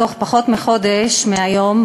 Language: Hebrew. בתוך פחות מחודש מהיום,